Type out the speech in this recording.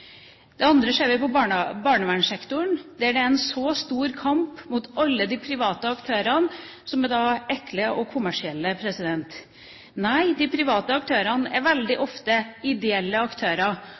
Det andre grepet ser vi på barnevernssektoren, der det er stor motstand mot alle de private aktørene som er ekle og kommersielle. Nei, de private aktørene er veldig